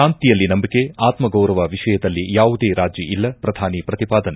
ಶಾಂತಿಯಲ್ಲಿ ನಂಬಿಕೆ ಆತ್ನಗೌರವ ವಿಷಯದಲ್ಲಿ ಯಾವುದೇ ರಾಜಿ ಇಲ್ಲ ಪ್ರಧಾನಿ ಪ್ರತಿಪಾದನೆ